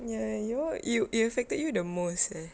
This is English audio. ya you're you you affected you the most eh